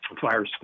Fire